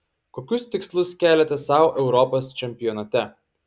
kokius tikslus keliate sau europos čempionate